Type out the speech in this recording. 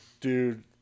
Dude